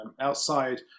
Outside